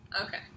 Okay